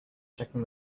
checking